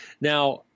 Now